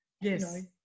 Yes